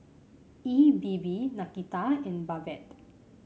E B B Nakita and Babette